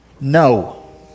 No